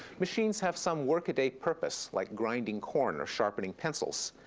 machines have some workaday purpose, like grinding corn, or sharpening pencils.